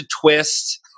twist